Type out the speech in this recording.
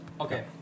okay